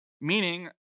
Meaning